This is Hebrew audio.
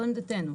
זוהי עמדתנו.